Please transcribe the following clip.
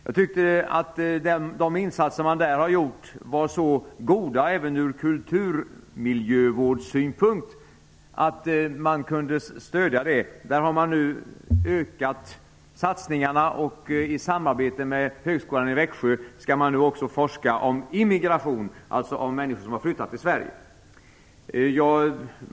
Jag tycker att de insatser som man där har gjort är så goda även ur kulturmiljövårdssynpunkt att institutet borde stödjas. Satsningarna där har ökat, och i samarbete med Högskolan i Växjö skall man nu också forska om immigration, alltså om människor som har flyttat till Sverige.